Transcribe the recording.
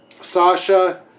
Sasha